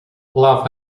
love